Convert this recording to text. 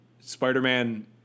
Spider-Man